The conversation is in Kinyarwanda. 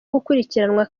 gukurikiranwa